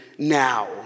now